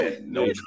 No